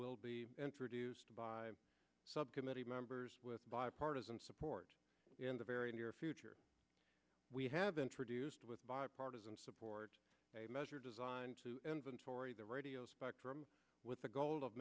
will be introduced by subcommittee members with bipartisan support in the very near future we have introduced with bipartisan support a measure designed to inventory the radio spectrum with the goal of